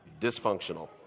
dysfunctional